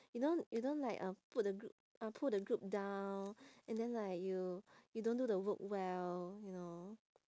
you don't you don't like uh put the group uh pull the group down and then like you you don't do the work well you know